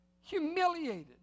humiliated